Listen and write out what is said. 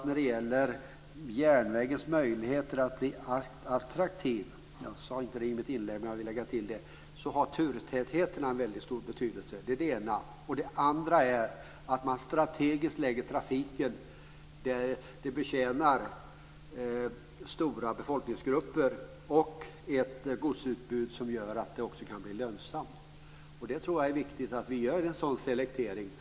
När det gäller järnvägens möjligheter att bli attraktiv - jag sade inte detta tidigare men vill lägga till det nu - har turtätheten en väldigt stor betydelse. Det är det ena. Det andra är att man strategiskt lägger trafiken där stora befolkningsgrupper betjänas. Dessutom gäller det att se till att godsutbudet blir lönsamt. Jag tror att det är viktigt att vi gör en sådan selektering.